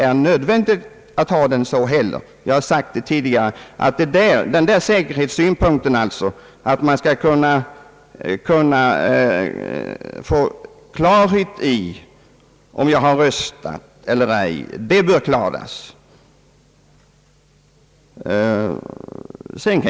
Såsom jag tidigare sagt finns det möjlighet att ordna det så att man tillgodoser säkerhetssynpunkten att en medborgare själv i efterhand skall kunna kontrollera att hans röst prickats av i vallängden.